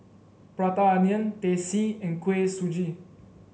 Prata Onion Teh C and Kuih Suji